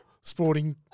sporting